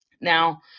Now